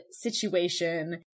situation